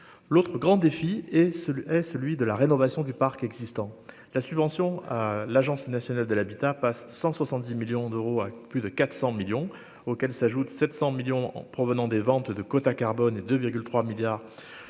l'autre grand défi est-ce est celui de la rénovation du parc existant, la subvention à l'Agence nationale de l'habitat Pass 170 millions d'euros à plus de 400 millions auxquels s'ajoutent 700 millions provenant des ventes de quota carbone et de 3 milliards sur